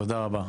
תודה רבה.